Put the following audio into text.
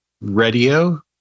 radio